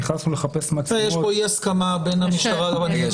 נכנסנו לחפש מצלמות --- יש פה אי הסכמה בין המשטרה --- רגע,